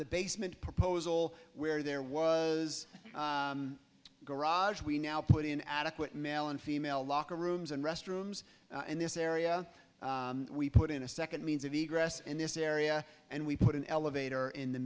the basement proposal where there was a garage we now put in adequate male and female locker rooms and restrooms and this area we put in a second means of the grass in this area and we put an elevator in the